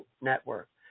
network